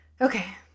Okay